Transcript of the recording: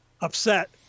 upset